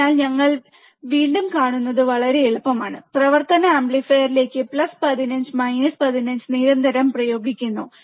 അതിനാൽ ഞങ്ങൾ നിങ്ങൾ വീണ്ടും കാണുന്നത് വളരെ എളുപ്പമാണ്പ്രവർത്തന ആംപ്ലിഫയറിലേക്ക് പ്ലസ് 15 മൈനസ് 15 നിരന്തരം പ്രയോഗിക്കുന്നു